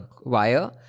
Wire